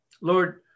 Lord